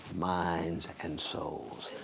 minds, and souls.